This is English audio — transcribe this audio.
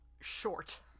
short